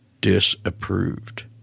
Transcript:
disapproved